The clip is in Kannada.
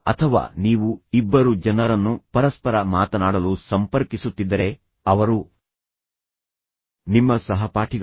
ಅಥವಾ ನೀವು ಇಬ್ಬರು ಜನರನ್ನು ಪರಸ್ಪರ ಮಾತನಾಡಲು ಸಂಪರ್ಕಿಸುತ್ತಿದ್ದರೆ ಅವರು ನಿಮ್ಮ ಸಹಪಾಠಿಗಳು